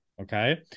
Okay